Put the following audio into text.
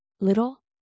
little